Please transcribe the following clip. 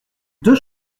deux